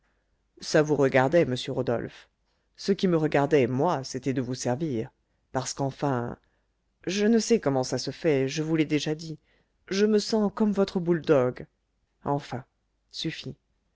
ça vous regardait monsieur rodolphe ce qui me regardait moi c'était de vous servir parce qu'enfin je ne sais comment ça se fait je vous l'ai déjà dit je me sens comme votre bouledogue enfin suffit